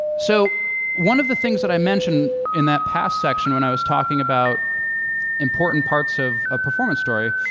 so one of the things that i mentioned in that past section, when i was talking about important parts of a performance story,